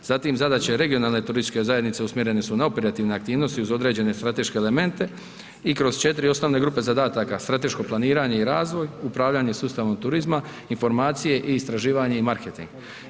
Zatim, zadaće regionalne turističke zajednice usmjerene su na operativne aktivnosti uz određene strateške elemente i kroz 4 osnovne grupe zadataka, strateško planiranje i razvoj, upravljanje sustavom turizma, informacije i istraživanje i marketing.